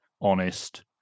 honest